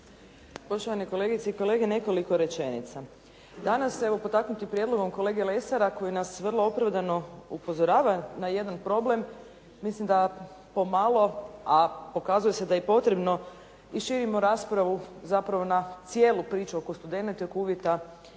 Poštovane kolegice i kolege, nekoliko rečenica. Danas evo potaknuti prijedlogom kolege Lesara koji nas vrlo opravdano upozorava na jedan problem, mislim da pomalo, a pokazuje se da je i potrebno, i širimo raspravu zapravo na cijelu priču oko studenata i oko uvjeta